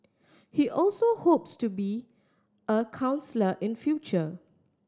he also hopes to be a counsellor in future